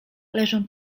leżą